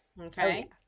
Okay